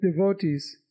devotees